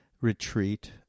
retreat